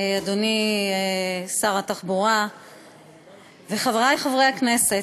אדוני שר התחבורה וחברי חברי הכנסת,